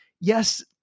yes